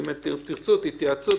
אם תרצו, תתייעצו.